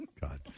God